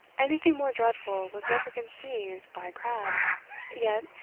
anything more dreadful was never conceived by crabbe yet,